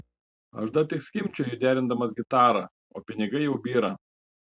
aš dar tik skimbčioju derindamas gitarą o pinigai jau byra